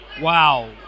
wow